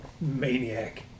maniac